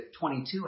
22